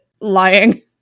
lying